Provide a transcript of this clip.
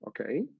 okay